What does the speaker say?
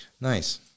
Nice